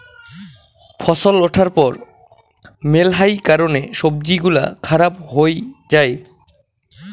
ফছল উঠার পর মেলহাই কারণে সবজি গুলা খারাপ হই যাই